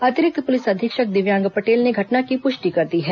अतिरिक्त पुलिस अधीक्षक दिव्यांग पटेल ने घटना की पुष्टि कर दी है